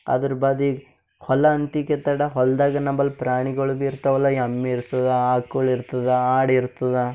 ಅದ್ರ ಬಾದ ಹೊಲ ಅಂತಿಕೆ ತಡ ಹೊಲ್ದಾಗ ನಂಬಲ್ ಪ್ರಾಣಿಗಳ್ ಭಿ ಇರ್ತವಲ್ಲ ಎಮ್ಮೆ ಇರ್ತದೆ ಆಕಳ ಇರ್ತದೆ ಆಡು ಇರ್ತದೆ